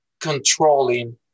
controlling